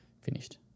finished